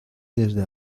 desde